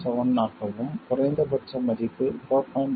7 ஆகவும் குறைந்தபட்ச மதிப்பு 4